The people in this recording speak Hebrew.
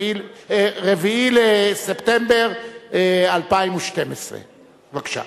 4 בספטמבר 2012. בבקשה.